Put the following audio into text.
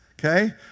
okay